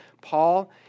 Paul